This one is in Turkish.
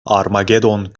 armagedon